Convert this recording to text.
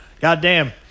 goddamn